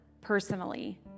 personally